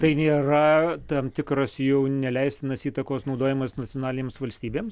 tai nėra tam tikros jau neleistinos įtakos naudojimas nacionalinėms valstybėms